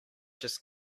just